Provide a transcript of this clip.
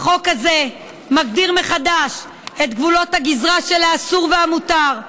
החוק הזה מגדיר מחדש את גבולות הגזרה של האסור והמותר,